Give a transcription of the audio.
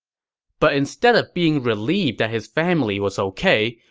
but instead of being relieved that his family was ok,